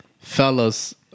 Fellas